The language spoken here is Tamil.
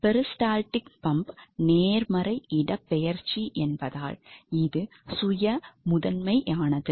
பெரிஸ்டால்டிக் பம்ப் நேர்மறை இடப்பெயர்ச்சி என்பதால் இது சுய முதன்மையானது